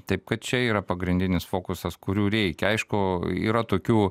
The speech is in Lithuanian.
taip kad čia yra pagrindinis fokusas kurių reikia aišku yra tokių